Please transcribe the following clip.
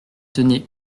tenait